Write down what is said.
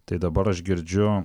tai dabar aš girdžiu